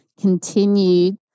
continued